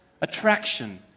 attraction